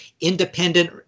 independent